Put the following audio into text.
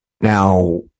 Now